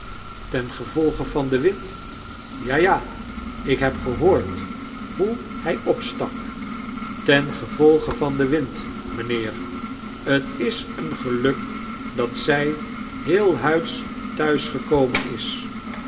tengevolge van den wind ja ja ik heb gehoord hoe hij opstak tengevolge van den wind mijnheer t is een geluk dat zij heelhuids thuisgekomen is